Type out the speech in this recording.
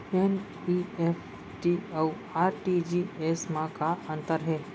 NEFT अऊ RTGS मा का अंतर हे?